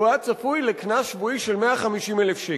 הוא היה צפוי לקנס שבועי של 150,000 שקל.